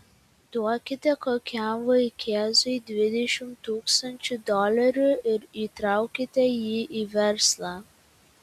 duokite kokiam vaikėzui dvidešimt tūkstančių dolerių ir įtraukite jį į verslą